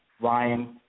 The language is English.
Ryan